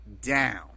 down